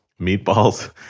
meatballs